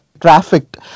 trafficked